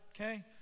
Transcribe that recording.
Okay